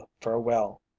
farewell